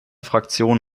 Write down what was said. fraktion